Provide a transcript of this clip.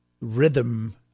rhythm